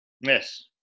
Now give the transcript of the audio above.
yes